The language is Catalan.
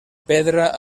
pedra